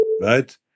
right